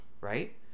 right